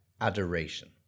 adoration